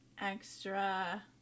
extra